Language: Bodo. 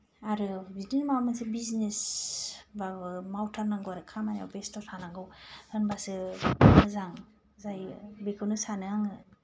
आरो बिदिनो माबा मोनसे बिजनेसब्लाबो मावथारनांगौ आरो खामानियाव बेस्थ' थानांगौ होनब्लासो मोजां जायो बेखौनो सानो आङो